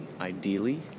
ideally